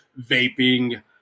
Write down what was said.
vaping